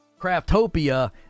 Craftopia